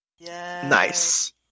Nice